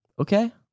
Okay